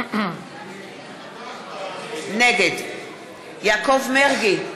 נגד יעקב מרגי,